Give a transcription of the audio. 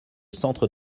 centre